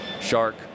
shark